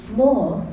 more